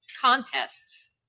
contests